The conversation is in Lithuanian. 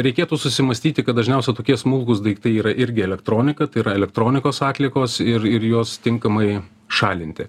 reikėtų susimąstyti kad dažniausia tokie smulkūs daiktai yra irgi elektronika tai yra elektronikos atliekos ir ir juos tinkamai šalinti